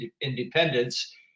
independence